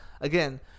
Again